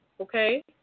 Okay